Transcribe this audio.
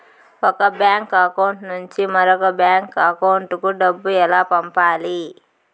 ఒక bank account నుంచి మరొక బ్యాంకు అకౌంట్ కు డబ్బు ఎలా పంపాలి